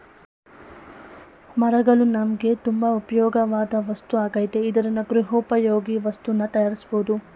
ಮರಗಳು ನಮ್ಗೆ ತುಂಬಾ ಉಪ್ಯೋಗವಾಧ್ ವಸ್ತು ಆಗೈತೆ ಇದ್ರಿಂದ ಗೃಹೋಪಯೋಗಿ ವಸ್ತುನ ತಯಾರ್ಸ್ಬೋದು